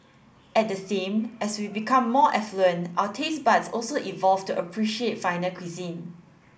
at the same as we become more affluent our taste buds also evolve to appreciate finer cuisine